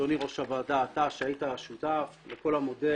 אדוני יושב ראש הוועדה, אתה היית שותף לכל המודל